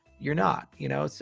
you're not, you know? so